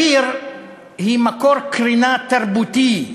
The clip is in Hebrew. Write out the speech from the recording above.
עיר היא מקור קרינה תרבותית,